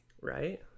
Right